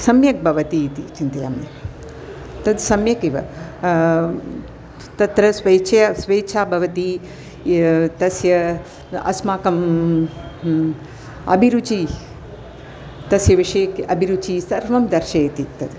सम्यक् भवति इति चिन्तयामि तत् सम्यक् एव तत्र स्वेच्छया स्वेच्छा भवति तस्य अस्माकम् अभिरुचिः तस्य विषये अभिरुचिः सर्वं दर्शयति तद्